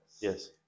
Yes